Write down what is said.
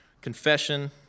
Confession